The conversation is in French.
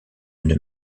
une